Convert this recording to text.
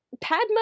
Padma